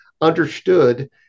understood